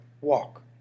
walk